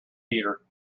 peter